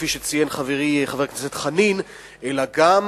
כפי שציין חברי חבר הכנסת חנין,